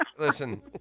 listen